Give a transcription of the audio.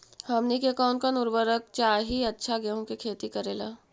हमनी के कौन कौन उर्वरक चाही अच्छा गेंहू के खेती करेला?